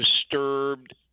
disturbed